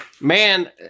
Man